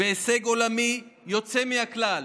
בהישג עולמי יוצא מהכלל,